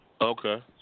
Okay